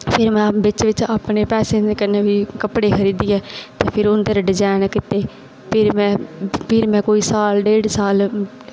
फिर बिच बिच में अपने पैसे दे बी कपड़े खरीदियै ते उंदे उप्पर डिजाईन कड्ढे फिर में कोई साल डेढ़ साल